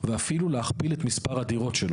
ואפילו להכפיל את מספר הדירות.